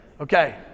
Okay